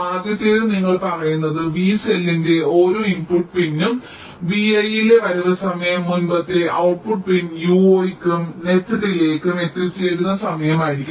ആദ്യത്തേത് നിങ്ങൾ പറയുന്നത് v സെല്ലിന്റെ ഓരോ ഇൻപുട്ട് പിൻക്കും vi യിലെ വരവ് സമയം മുമ്പത്തെ ഔട്ട്പുട്ട് പിൻ uo യ്ക്കും നെറ്റ് ഡിലേയ്ക്കും എത്തിച്ചേരുന്ന സമയമായിരിക്കും